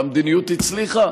והמדיניות הצליחה.